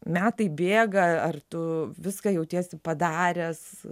metai bėga ar tu viską jautiesi padaręs